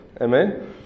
Amen